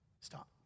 Stop